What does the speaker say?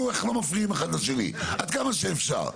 איך לא מפריעים אחד לשני עד כמה שאפשר.